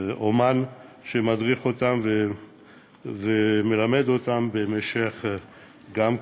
אומן שמדריך אותם ומלמד אותם גם כן במשך כשנה,